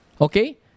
Okay